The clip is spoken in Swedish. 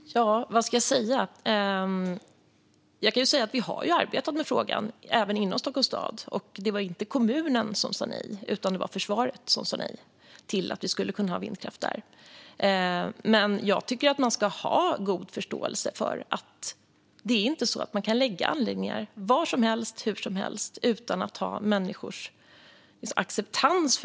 Herr talman! Ja, vad ska jag säga? Jag kan säga att vi har arbetat med frågan även inom Stockholms stad, och det var inte kommunen som sa nej. Det var försvaret som sa nej till att vi skulle kunna ha vindkraft där. Jag tycker att man ska ha god förståelse för att vi inte kan lägga anläggningar var som helst och hur som helst utan att ha människors acceptans.